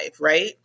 right